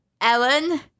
Ellen